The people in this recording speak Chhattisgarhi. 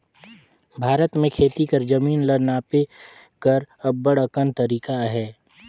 भारत में खेती कर जमीन ल नापे कर अब्बड़ अकन तरीका अहे